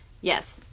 Yes